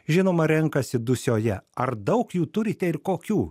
žinoma renkasi dusioje ar daug jų turite ir kokių